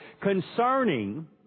concerning